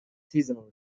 seasonal